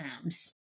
times